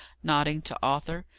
nodding to arthur.